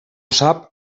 sap